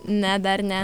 ne dar ne